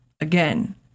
Again